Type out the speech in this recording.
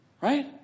Right